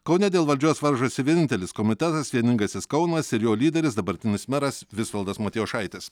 kaune dėl valdžios varžosi vienintelis komitetas vieningasis kaunas ir jo lyderis dabartinis meras visvaldas matjošaitis